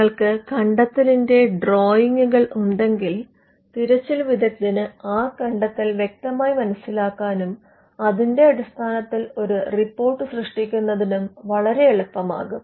നിങ്ങൾക്ക് കണ്ടെത്തലിന്റെ ഡ്രോയിംഗുകൾ ഉണ്ടെങ്കിൽ തിരച്ചിൽ വിദഗ്ധന് ആ കണ്ടെത്തൽ വ്യക്തമായി മനസിലാക്കാനും അതിന്റെ അടിസ്ഥാനത്തിൽ ഒരു റിപ്പോർട്ട് സൃഷ്ടിക്കുന്നതിനും വളരെ എളുപ്പമാകും